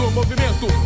movimento